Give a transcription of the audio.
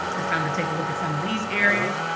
it's time to take a look at some of these areas,